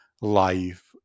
life